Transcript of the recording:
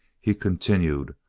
he continued,